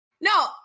No